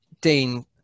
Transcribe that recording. dean